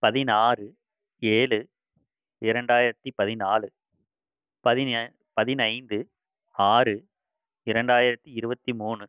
பதினாறு ஏழு இரண்டாயிரத்தி பதினாலு பதினே பதினைந்து ஆறு இரண்டாயிரத்தி இருபத்தி மூணு